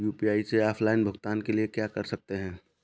UPI से offline भुगतान के लिए क्या कर सकते हैं?